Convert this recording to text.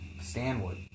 Stanwood